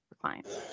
clients